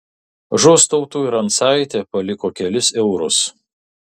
žostautui rancaitė paliko kelis eurus